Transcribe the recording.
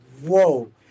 whoa